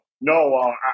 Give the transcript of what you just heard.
no